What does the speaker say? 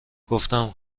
گفتم